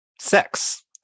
sex